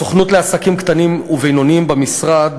הסוכנות לעסקים קטנים ובינוניים במשרד,